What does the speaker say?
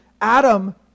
Adam